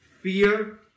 fear